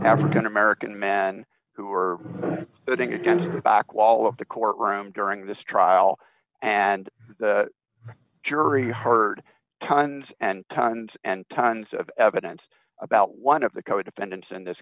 african american men who were sitting against the back wall of the courtroom during this trial and the jury heard tons and tons and tons of evidence about one of the co defendants in this